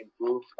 improve